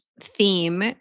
theme